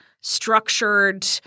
structured